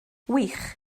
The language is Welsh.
wych